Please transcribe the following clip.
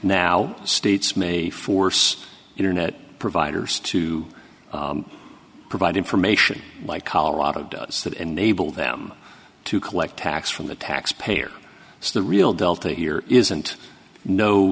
now states may force internet providers to provide information like colorado does that enable them to collect tax from the tax payer so the real delta here isn't no